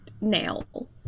nail